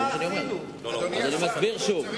אני מסביר שוב.